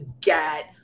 get